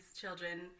children